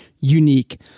unique